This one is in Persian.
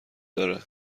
داره